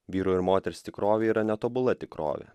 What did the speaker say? vyro ir moters tikrovė yra netobula tikrovė